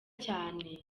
cyane